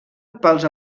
pels